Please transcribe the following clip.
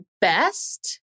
best